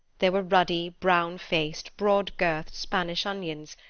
there were ruddy, brown-faced, broad-girthed spanish onions,